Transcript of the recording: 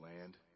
land